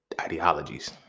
ideologies